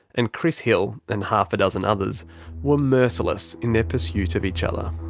and chris hill, and half a dozen others were merciless in their pursuit of each other.